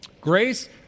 Grace